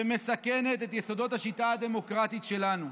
שמסכנת את יסודות השיטה הדמוקרטית שלנו.